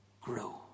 grow